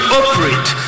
operate